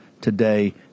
today